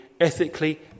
ethically